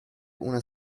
una